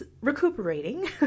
recuperating